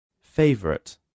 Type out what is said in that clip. Favorite